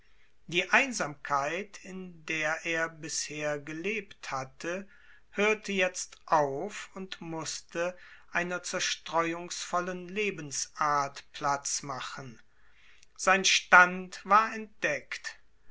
die einsamkeit in der er bisher gelebt hatte hörte jetzt auf und mußte einer zerstreuungsvollen lebensart platz machen sein stand war entdeckt